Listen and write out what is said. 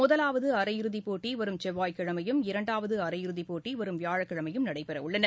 முதலாவதுஅரையிறுதிப் போட்டிவரும் செவ்வாய்கிழமையும் இரண்டாவதுஅரையிறுதிப் போட்டிவரும் வியாழக்கிழமைபெறவுள்ளன